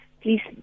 please